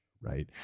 right